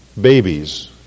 babies